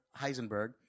Heisenberg